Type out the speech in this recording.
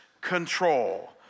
control